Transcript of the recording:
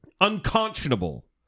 unconscionable